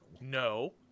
No